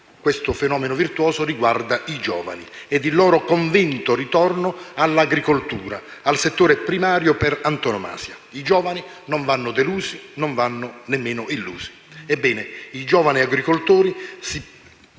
Questo fenomeno virtuoso riguarda i giovani e il loro convinto ritorno all'agricoltura, al settore primario per antonomasia. I giovani non vanno delusi e nemmeno illusi.